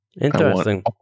interesting